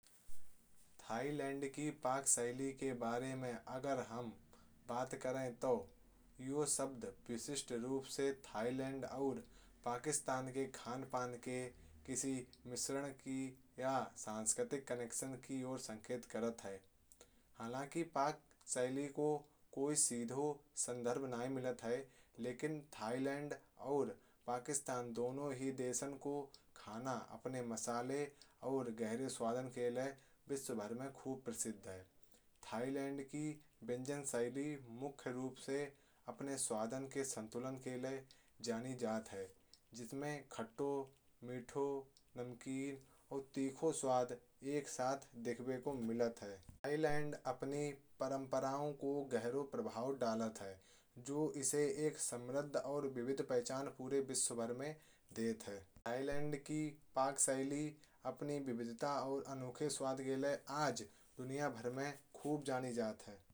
थाईलैंड की पक शैली के बारे में अगर हम बात करें। तो यह शब्द विशिष्ट रूप से थाईलैंड और पाकिस्तान के खान पान। के किसी मिश्रण या सांस्कृतिक कनेक्शन की ओर संकेत करता है। हालांकि पक शैली को कोई सीधा संदर्भ नहीं मिलता है। लेकिन थाईलैंड और पाकिस्तान दोनों ही देशों का खाना अपने मसालों। और गहरे स्वाद के लिए विश्वभर में खूब प्रसिद्ध है। थाईलैंड की वजन शैली मुख्य रूप से अपने स्वाद के संतुलन के लिए जानी जाती है। जिसमें खट्टा, मीठा, नमकीन और तीखे स्वाद एक साथ दिखाई देते हैं। थाईलैंड अपनी परंपराओं को गहरा प्रभाव डालती है। जो इसे एक समृद्ध और विविध पहचान पूरे विश्वभर में देती है। थाईलैंड की पक शैली अपनी विविधता और अनोखे स्वाद के लिए आज दुनिया भर में खूब जानी जाती है।